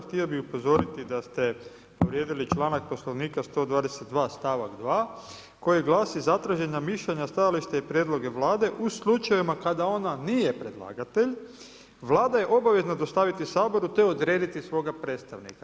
Htio bih upozoriti da ste povrijedili članak Poslovnika 122. stavak 2. koji glasi: „Zatražena mišljenja, stajalište i prijedloge Vlade u slučajevima kada ona nije predlagatelj Vlada je obavezna dostaviti Saboru te odrediti svoga predstavnika“